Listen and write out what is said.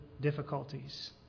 difficulties